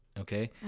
Okay